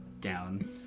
down